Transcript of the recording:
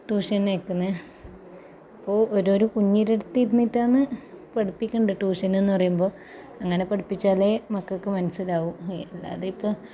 ട്യൂഷന അയക്കുന്നത് അപ്പോൾ ഓരോ ഓരോ ഒരു കുഞ്ഞിരടുത്തിരുന്നിറ്റാന്ന് പഠിപ്പിക്കണ്ടത് ട്യൂഷനെന്ന് പറയുമ്പോൾ അങ്ങനെ പഠിപ്പിച്ചാലേ മക്കൾക്ക് മനസ്സിലാകുള്ളു അല്ലാതെ ഇപ്പം